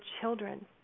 children